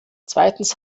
zweitens